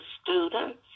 students